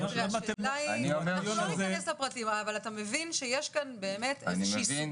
לא ניכנס לפרטים אבל אתה מבין שישנה פה סוגיה,